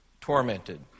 tormented